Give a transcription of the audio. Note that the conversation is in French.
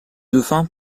dauphin